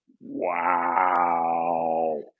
Wow